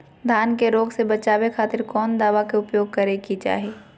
धान के रोग से बचावे खातिर कौन दवा के उपयोग करें कि चाहे?